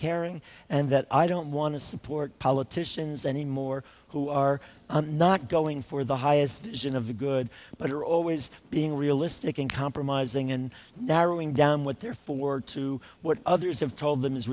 caring and that i don't want to support politicians anymore who are not going for the highest position of the good but are always being realistic and compromising and narrowing down what they're for to what others have told them